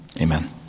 Amen